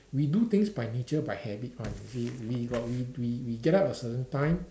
we do things by nature by habit one you see we got we we get up at a certain time